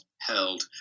held